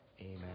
Amen